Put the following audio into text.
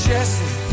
Jesse